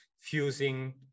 fusing